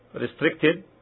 restricted